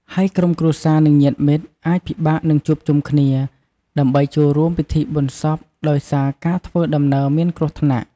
ហើយក្រុមគ្រួសារ និងញាតិមិត្តអាចពិបាកនឹងជួបជុំគ្នា ដើម្បីចូលរួមពិធីបុណ្យសពដោយសារការធ្វើដំណើរមានគ្រោះថ្នាក់។